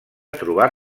trobar